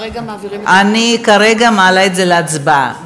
אני כרגע מעלה את זה להצבעה.